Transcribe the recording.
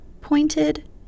pointed